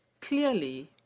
clearly